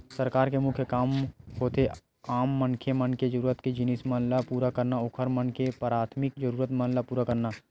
सरकार के मुख्य काम होथे आम मनखे मन के जरुरत के जिनिस मन ल पुरा करना, ओखर मन के पराथमिक जरुरत मन ल पुरा करना